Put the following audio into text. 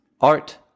Art